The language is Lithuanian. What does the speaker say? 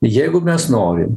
jeigu mes norim